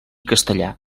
castellà